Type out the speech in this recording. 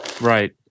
right